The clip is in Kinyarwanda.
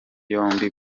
yombi